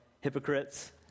hypocrites